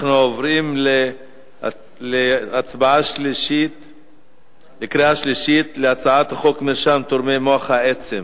אנחנו עוברים להצבעה בקריאה שלישית על הצעת חוק מרשם תורמי מוח עצם.